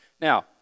Now